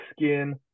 skin